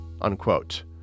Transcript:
unquote